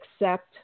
accept